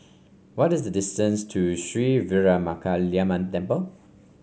what is the distance to Sri Veeramakaliamman Temple